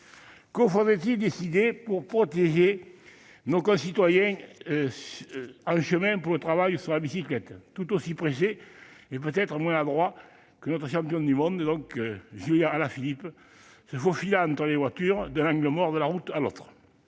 Que faudrait-il décider pour protéger nos concitoyens en chemin pour le travail sur leurs bicyclettes, tout aussi pressés, mais peut-être moins adroits que notre champion du monde Julian Alaphilippe, se faufilant entre les voitures, d'un angle mort à un autre ?